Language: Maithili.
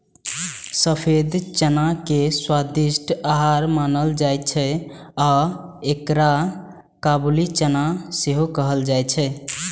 सफेद चना के स्वादिष्ट आहार मानल जाइ छै आ एकरा काबुली चना सेहो कहल जाइ छै